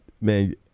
Man